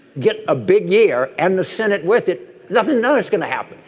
get a big year and the senate with it doesn't know it's going to happen.